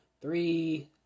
three